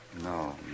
No